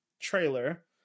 trailer